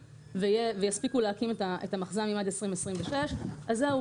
ויספיקו להקים את המחז"מים עד 2026 אז זהו,